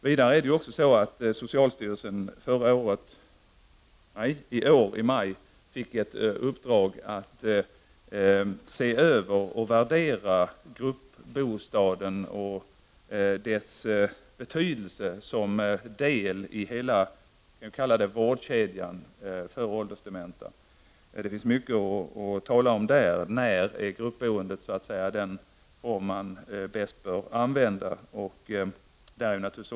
Vidare fick socialstyrelsen i maj i år i uppdrag att se över och värdera gruppbostaden och dess betydelse som del i hela den s.k. vårdkedjan för åldersdementa. Det finns mycket att tala om i detta sammanhang, t.ex. när gruppboendet är den bästa formen av boende.